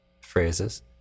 phrases